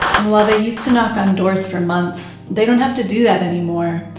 and while they used to knock on doors for months, they don't have to do that anymore.